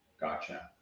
gotcha